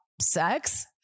sex